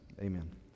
amen